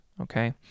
okay